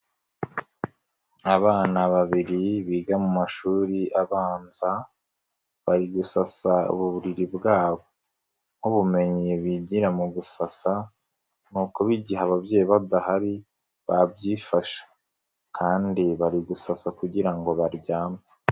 Abana babiri biga mu mashuri abanza bari gusasa uburiri bwabo, nk'ubumenyi bigira mu gusasa ni ukuba igihe ababyeyi badahari babyifasha kandi bari gusasa kugira ngo baryame.